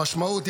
המשמעות,